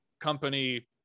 company